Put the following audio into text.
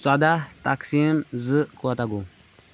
ژۄدہ تقسیٖم زٕ کوٗتاہ گوٚو